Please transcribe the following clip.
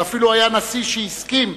ואפילו היה נשיא שהסכים,